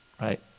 right